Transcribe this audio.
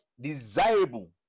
desirable